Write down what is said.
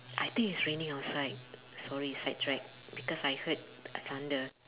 I think it's raining outside sorry sidetrack because I heard thunder